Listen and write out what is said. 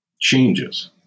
changes